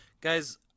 guys